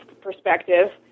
perspective